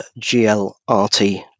GLRT